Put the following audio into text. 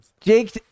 Jake